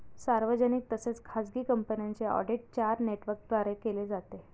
सार्वजनिक तसेच खाजगी कंपन्यांचे ऑडिट चार नेटवर्कद्वारे केले जाते